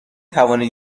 توانید